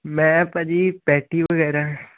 ਮੈਂ ਭਾਅ ਜੀ ਪੈਟੀ ਵਗੈਰਾ